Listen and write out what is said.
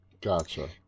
Gotcha